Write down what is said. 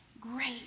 great